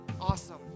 Awesome